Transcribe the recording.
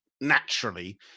naturally